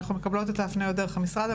אנחנו מקבלות את המופנות דרך המשרד.